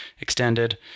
extended